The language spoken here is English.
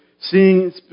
seeing